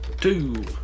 Two